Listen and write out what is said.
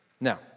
Now